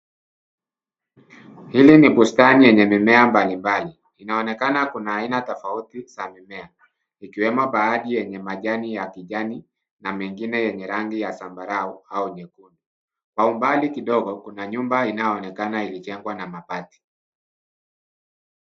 Hili ni bustani yenye mimea mbalimbali. Inaonekana kuna aina tofauti za mimea. Ikiwemo baadhi yenye majani ya kijani na mengine yenye rangi ya zambarau au nyekundu. kwa umbali kidogo kuna nyumba inayoonekana ilichengwa na mabati.